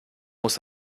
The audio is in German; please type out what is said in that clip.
muss